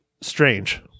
strange